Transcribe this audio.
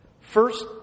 First